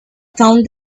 found